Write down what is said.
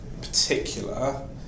particular